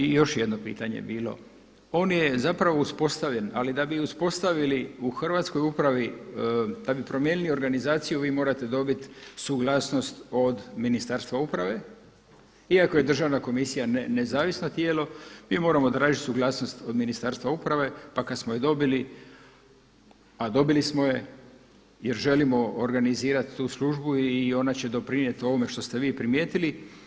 I još je jedno pitanje bilo, on je zapravo uspostavljen, ali da bi uspostavili u hrvatskoj upravi, da bi promijenili organizaciju vi morate dobiti suglasnost od Ministarstva uprave iako je Državna komisija nezavisno tijelo mi moramo tražiti suglasnost od Ministarstva uprave, pa kad smo je dobili a dobili smo je jer želimo organizirati tu službu i onda će doprinijeti ovome što ste vi primijetili.